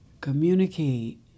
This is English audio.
communicate